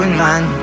man